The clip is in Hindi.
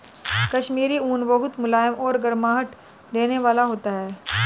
कश्मीरी ऊन बहुत मुलायम और गर्माहट देने वाला होता है